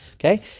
Okay